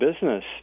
business